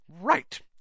Right